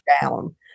down